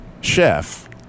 chef